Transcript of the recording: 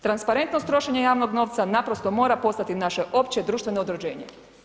Transparentnost trošenja javnog novca naprosto mora postati naše opće društveno određenje.